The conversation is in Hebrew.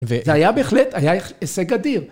וזה היה בהחלט, היה הישג אדיר.